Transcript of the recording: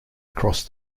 across